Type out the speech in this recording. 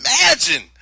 imagine